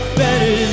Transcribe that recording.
better